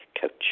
Coach